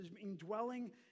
indwelling